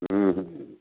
हम्म हम्म